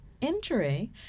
injury